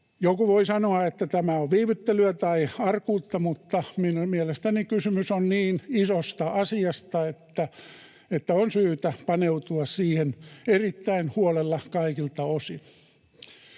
Joku voi sanoa, että tämä on viivyttelyä tai arkuutta, mutta mielestäni kysymys on niin isosta asiasta, että on syytä paneutua siihen erittäin huolella kaikilta osin.